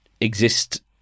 exist